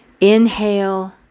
Inhale